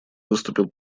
выступил